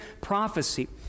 prophecy